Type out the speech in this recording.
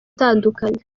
itandukanye